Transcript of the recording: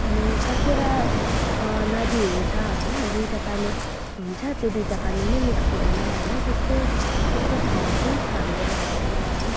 अनि कतिवटा नदीहरू छ होइन दुईवटा पानी हुन्छ त्यो दुईवटा पानी नै मिक्स हुँदैन होइन त्यस्तो त्यस्तो ठाउँहरू पनि छ हाम्रो भारतमा होइन